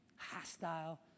hostile